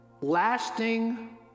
lasting